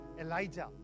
Elijah